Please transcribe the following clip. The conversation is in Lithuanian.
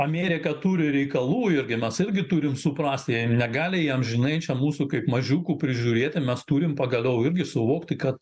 amerika turi reikalų jurgimas irgi turim suprasti jeigu negali jie amžinai čia mūsų kaip mažiukų prižiūrėti mes turim pagaliau irgi suvokti kad